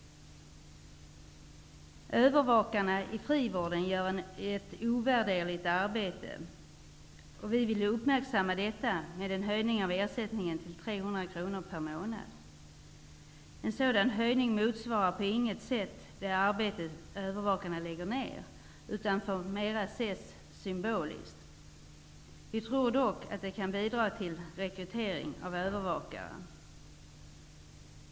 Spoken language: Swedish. Övervakarna inom frivården gör ett ovärderligt arbete. Detta vill vi uppmärksamma genom en höjning av ersättningen till 300 kr per månad. En sådan höjning motsvarar på intet sätt det arbete som övervakarna lägger ner. Höjningen får mera ses som symbolisk. Vi tror dock att höjningen kan bidra till att öka rekryteringen av övervakare.